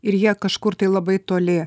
ir jie kažkur tai labai toli